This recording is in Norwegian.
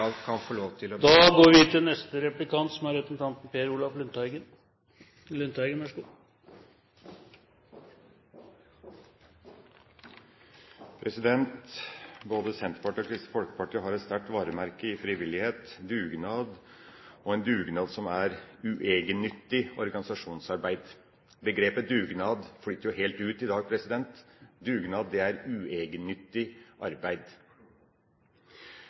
kan få lov til å ... Både Senterpartiet og Kristelig Folkeparti har et sterkt varemerke i frivillighet, dugnad – en dugnad som er uegennyttig organisasjonsarbeid. Begrepet «dugnad» flyter jo helt ut i dag. Dugnad er uegennyttig arbeid.